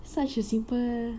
such a simple